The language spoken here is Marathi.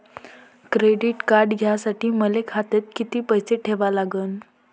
क्रेडिट कार्ड घ्यासाठी मले खात्यात किती पैसे ठेवा लागन?